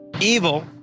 Evil